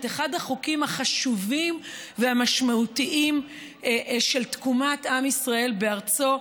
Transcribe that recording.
את אחד החוקים החשובים והמשמעותיים של תקומת עם ישראל בארצו: